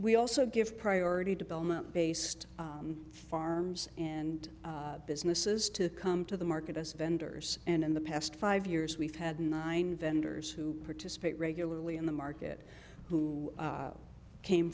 we also give priority to belmont based farms and businesses to come to the market as vendors and in the past five years we've had nine vendors who participate regularly in the market who came